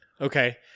Okay